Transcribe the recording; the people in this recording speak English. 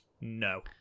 No